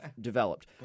developed